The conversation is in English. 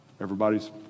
Everybody's